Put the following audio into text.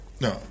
No